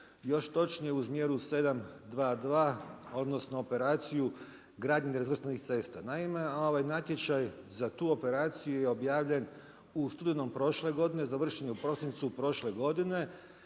još točnije uz mjeru 7.2.2. odnosno operaciju gradnje razvrstanih cesta. Naime, natječaj za tu operaciju je objavljen u studenom prošle godine, završen je u prosincu prošle godine.